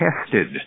tested